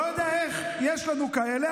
לא יודע איך יש לנו כאלה,